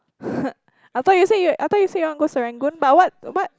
I thought you say you I thought you say you want to go Serangoon but what what